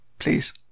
please